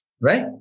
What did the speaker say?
Right